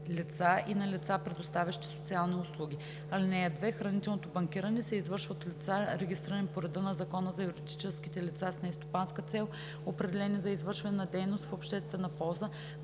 лица и на лица, предоставящи социални услуги. (2) Хранителното банкиране се извършва от лица, регистрирани по реда на Закона за юридическите лица с нестопанска цел, определени за извършване на дейност в обществена полза,